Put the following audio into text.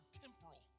temporal